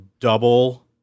double